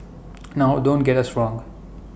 now don't get us wrong